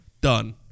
done